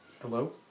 hello